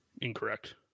Incorrect